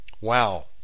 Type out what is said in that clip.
Wow